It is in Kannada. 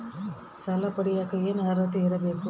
ಸಾಲ ಪಡಿಯಕ ಏನು ಅರ್ಹತೆ ಇರಬೇಕು?